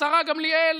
והשרה גמליאל,